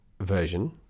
version